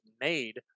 made